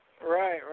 Right